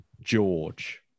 george